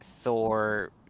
Thor